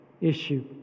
issue